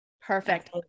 Perfect